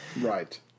Right